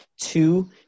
Two